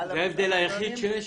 זה ההבדל היחיד שיש?